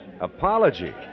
Apology